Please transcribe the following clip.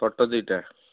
photo ଦୁଇଟା